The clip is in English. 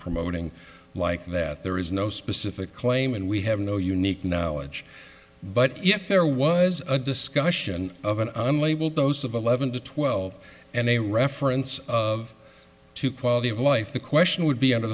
promoting like that there is no specific claim and we have no unique no edge but if there was a discussion of an i'm labeled those of eleven to twelve and a reference of to quality of life the question would be under